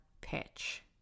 pitch